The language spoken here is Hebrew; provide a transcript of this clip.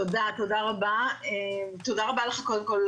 תודה רבה לך קודם כל,